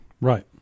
Right